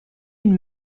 une